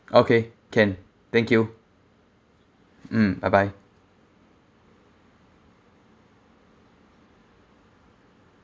okay can thank you mm bye bye